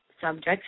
subjects